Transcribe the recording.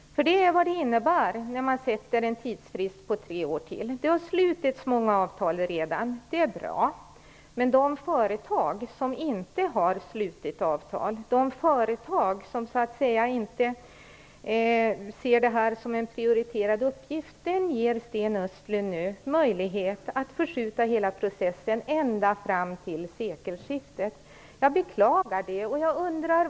Det är vad det innebär när man sätter en tidsfrist på tre år till. Det har slutits många avtal redan. Det är bra. Men de företag som inte har slutit avtal - de företag som inte ser det som en prioriterad uppgift - ger Sten Östlund nu möjlighet att förskjuta hela processen ända fram till sekelskiftet. Jag beklagar det.